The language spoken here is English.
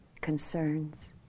concerns